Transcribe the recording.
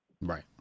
Right